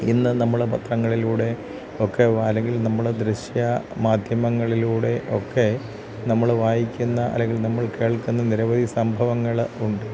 ഇന്ന് നമ്മൾ പത്രങ്ങളിലൂടെ ഒക്കെ അല്ലെങ്കിൽ നമ്മൾ ദൃശ്യ മാധ്യമങ്ങളിലൂടെ ഒക്കെ നമ്മൾ വായിക്കുന്ന അല്ലെങ്കിൽ നമ്മൾ കേൾക്കുന്ന നിരവധി സംഭവങ്ങൾ ഉണ്ട്